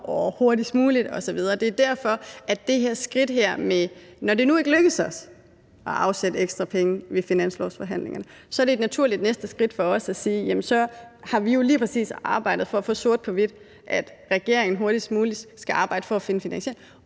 og »hurtigst muligt« osv. Det er derfor – når det nu ikke lykkedes os at afsætte ekstra penge ved finanslovsforhandlingerne – det er et naturligt næste skridt for os at sige, at så har vi jo lige præcis arbejdet for at få det sort på hvidt, at regeringen hurtigst muligt skal arbejde på at finde finansiering.